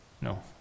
No